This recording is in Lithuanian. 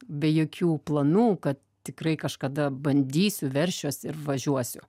be jokių planų kad tikrai kažkada bandysiu veršiuos ir važiuosiu